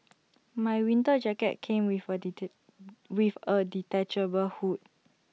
my winter jacket came with A detect with A detachable hood